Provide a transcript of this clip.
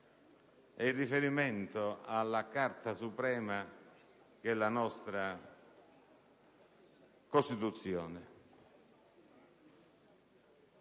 il riferimento alla Carta suprema che è la nostra Costituzione.